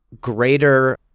greater